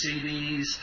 CDs